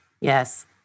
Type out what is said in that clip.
Yes